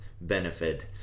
benefit